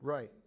Right